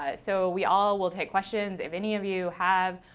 ah so we all will take questions. if any of you have